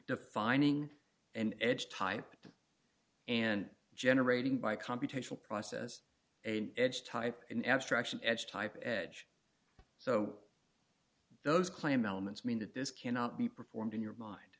defining and edge type and generating by computational process a edge type an abstraction edge type edge so those claim elements mean that this cannot be performed in your mind